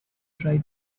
try